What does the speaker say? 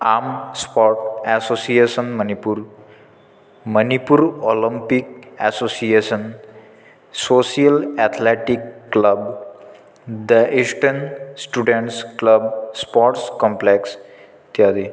आं sport association Manipur Manipur Olympic association social athletic club the eastern students club sports complex इत्यादि